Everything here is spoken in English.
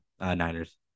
Niners